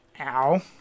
Ow